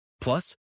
Plus